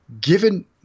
given